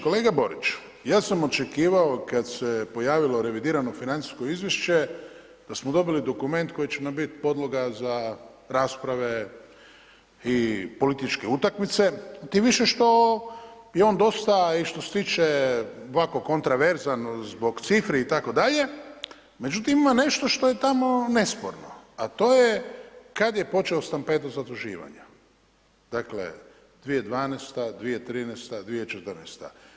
Kolega Borić, ja sam očekivao kada se pojavilo revidirano financijsko izvješće da smo dobili dokument koji će nam biti podloga za rasprave i političke utakmice tim više što je on dosta i što se tiče ovako kontraverzan zbog cifri itd., međutim ima nešto što je tamo nesporno, a to je kada je počeo stampedo zaduživanja, dakle 2012., 2013., 2014.